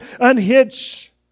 unhitch